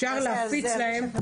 אפשר להפיץ להם.